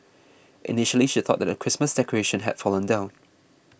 initially she thought that a Christmas decoration had fallen down